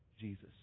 Jesus